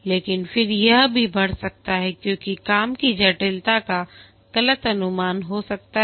लेकिन फिर यह भी बढ़ सकता है क्योंकि काम की जटिलता का गलत अनुमान हो सकता है